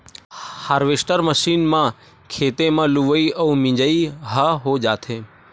harvester machine म खेते म लुवई अउ मिजई ह हो जाथे